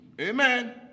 Amen